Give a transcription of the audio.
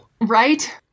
Right